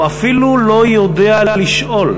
הוא אפילו לא יודע לשאול,